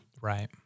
Right